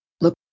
Look